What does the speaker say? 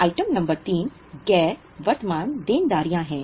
item number 3 गैर वर्तमान देनदारियां हैं